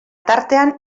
tartean